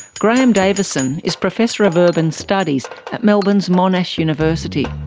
graeme davison is professor of urban studies at melbourne's monash university.